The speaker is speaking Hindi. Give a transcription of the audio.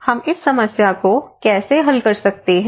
हम इस समस्या को कैसे हल कर सकते हैं